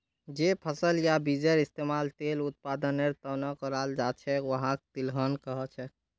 जे फसल या बीजेर इस्तमाल तेल उत्पादनेर त न कराल जा छेक वहाक तिलहन कह छेक